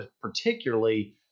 particularly